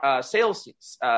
sales